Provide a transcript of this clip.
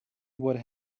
would